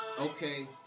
Okay